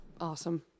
Awesome